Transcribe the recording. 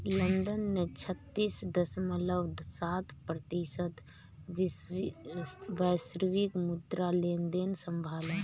London ने छत्तीस दश्मलव सात प्रतिशत वैश्विक मुद्रा लेनदेन संभाला